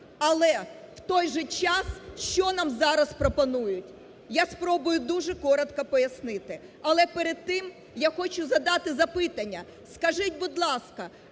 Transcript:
Але, в той же час що нам зараз пропонують? Я спробую дуже коротко пояснити. Але перед тим я хочу задати запитання. Скажіть, будь ласка,